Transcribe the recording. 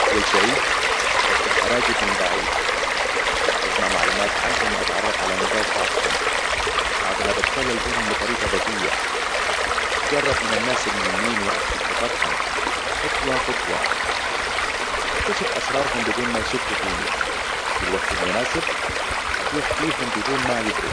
أول شي، أبدأ أراقب من بعيد. أجمع معلومات عنهم وأتعرف على نقاط ضعفهم. بعدها بتسلل بينهم بطريقة ذكية. بتقرب من الناس المهمين وأكسب ثقتهم خطوة خطوة. أكتشف أسرارهم بدون ما يشكوا فيني. وفي الوقت المناسب، أضيح فيهم بدون ما يدروا.